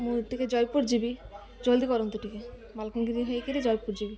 ମୁଁ ଟିକେ ଜୟପୁର ଯିବି ଜଲ୍ଦି କରନ୍ତୁ ଟିକେ ମାଲକନଗିରି ହେଇକିରି ଜୟପୁର ଯିବି